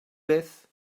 beth